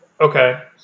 Okay